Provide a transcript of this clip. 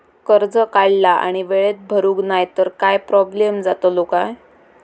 कर्ज काढला आणि वेळेत भरुक नाय तर काय प्रोब्लेम जातलो काय?